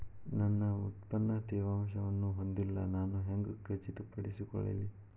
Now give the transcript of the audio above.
ನನ್ನ ಉತ್ಪನ್ನ ತೇವಾಂಶವನ್ನು ಹೊಂದಿಲ್ಲಾ ನಾನು ಹೆಂಗ್ ಖಚಿತಪಡಿಸಿಕೊಳ್ಳಲಿ?